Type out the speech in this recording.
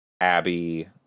Abby